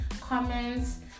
comments